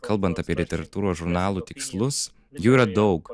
kalbant apie literatūros žurnalų tikslus jų yra daug